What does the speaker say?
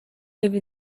over